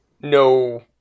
no